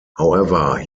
however